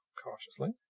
cautiously.